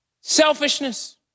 Selfishness